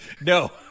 no